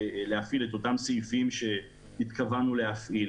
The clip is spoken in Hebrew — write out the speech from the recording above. להפעיל את אותם סעיפים שהתכוונו להפעיל.